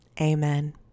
Amen